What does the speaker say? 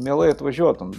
mielai atvažiuotum